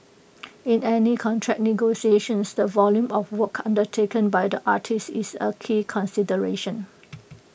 in any contract negotiations the volume of work undertaken by the artiste is A key consideration